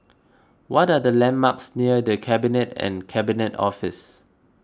what are the landmarks near the Cabinet and Cabinet Office